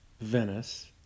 Venice